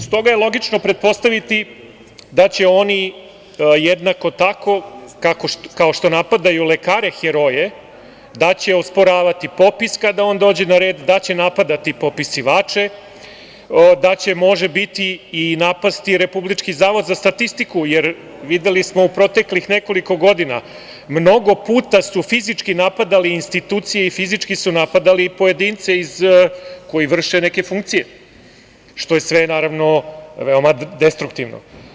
S toga je logično pretpostaviti da će oni jednako tako, kao što napadaju lekare heroje, osporavati popis, kada on dođe na red, da će napadati popisivače, da će može biti i napasti Republički zavod za statistiku, jer videli smo u proteklih nekoliko godina, mnogo puta su fizički napadali institucije i fizički su napadali pojedince koji vrše neke funkcije, što je sve, naravno, veoma destruktivno.